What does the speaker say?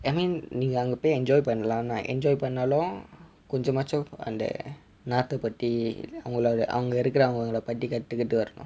I mean நீங்க அங்கே பொய்:neenga ange poi enjoy பண்ணலாம் ஆனா:pannalam aana enjoy பண்ணாலும் கொஞ்சமாச்சும் அந்த நாட்டே பத்தி அங்கே இருக்குறவங்களே பத்தி கத்துக்கிட்டு வரணும்:pannaalum konjamaachum antha naatte patthi ange irukkuravangale patthi katthukittu varanum